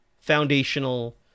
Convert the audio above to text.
foundational